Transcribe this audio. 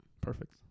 Perfect